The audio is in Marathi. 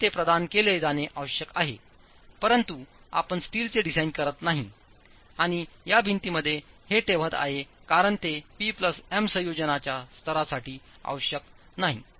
तर ते प्रदान केले जाणे आवश्यक आहे परंतु आपण स्टीलचे डिझाइन करीत नाही आणि या भिंतीमध्ये हे ठेवत आहे कारण ते P प्लस M संयोजनाच्या स्तरासाठी आवश्यक नाही